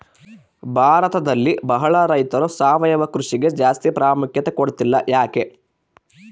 ಭಾರತದಲ್ಲಿ ಬಹಳ ರೈತರು ಸಾವಯವ ಕೃಷಿಗೆ ಜಾಸ್ತಿ ಪ್ರಾಮುಖ್ಯತೆ ಕೊಡ್ತಿಲ್ಲ ಯಾಕೆ?